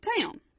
town